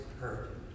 hurt